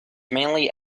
mainly